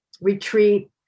retreat